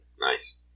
Nice